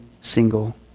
single